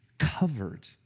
covered